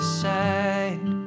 side